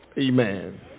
Amen